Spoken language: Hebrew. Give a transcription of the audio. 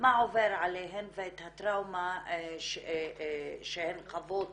מה עובר עליהן ואת הטראומה שהן חוות